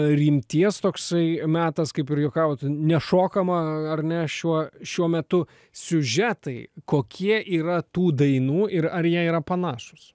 rimties toksai metas kaip ir juokavot nešokama ar ne šiuo šiuo metu siužetai kokie yra tų dainų ir ar jie yra panašūs